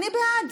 אני בעד.